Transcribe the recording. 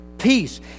peace